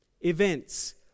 events